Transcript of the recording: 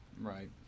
Right